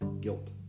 guilt